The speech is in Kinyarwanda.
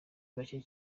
bake